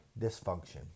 dysfunction